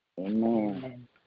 Amen